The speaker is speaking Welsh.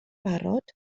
barod